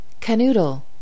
Canoodle